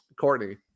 Courtney